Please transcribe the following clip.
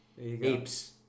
apes